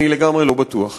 אני לגמרי לא בטוח.